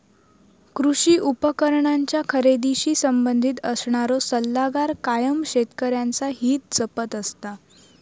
कृषी उपकरणांच्या खरेदीशी संबंधित असणारो सल्लागार कायम शेतकऱ्यांचा हित जपत असता